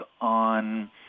on